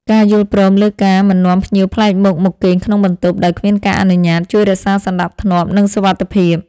ការយល់ព្រមលើការមិននាំភ្ញៀវប្លែកមុខមកគេងក្នុងបន្ទប់ដោយគ្មានការអនុញ្ញាតជួយរក្សាសណ្តាប់ធ្នាប់និងសុវត្ថិភាព។